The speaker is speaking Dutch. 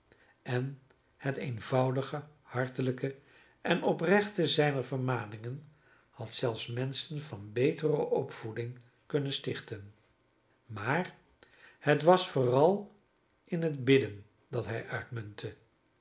en het eenvoudige hartelijke en oprechte zijner vermaningen had zelfs menschen van betere opvoeding kunnen stichten maar het was vooral in het bidden dat hij uitmuntte